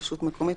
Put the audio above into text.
רשות מקומית,